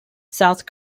south